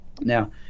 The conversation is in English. Now